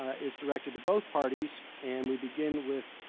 ah is directed to both parties and we begin with,